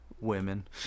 Women